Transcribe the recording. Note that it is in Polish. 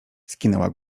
skinęła